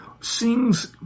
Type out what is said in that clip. sings